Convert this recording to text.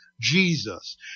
Jesus